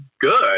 good